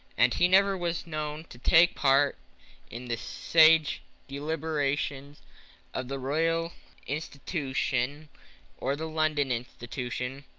and he never was known to take part in the sage deliberations of the royal institution or the london institution,